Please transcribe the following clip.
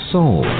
Soul